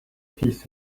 peace